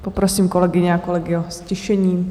Poprosím kolegyně a kolegy o ztišení.